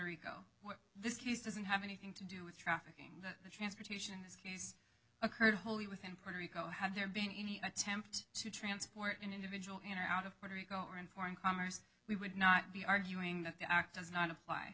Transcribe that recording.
rico this case doesn't have anything to do with trafficking the transportation in this case occurred wholly within puerto rico had there been any attempt to transport an individual in or out of puerto rico or in foreign commerce we would not be arguing that the act does not apply